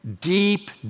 deep